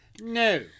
No